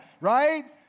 Right